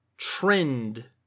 Trend